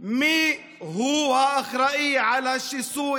מיהו האחראי לשיסוי,